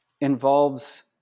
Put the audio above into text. involves